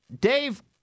Dave